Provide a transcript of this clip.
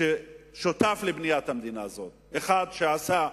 ששותף לבניית המדינה הזאת, אחד שעשה.